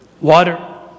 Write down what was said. water